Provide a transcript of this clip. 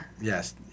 yes